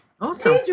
Awesome